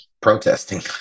protesting